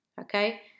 Okay